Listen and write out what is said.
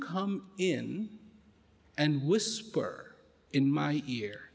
come in and whisper in my ear